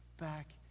back